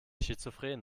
schizophren